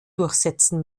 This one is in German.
durchsetzen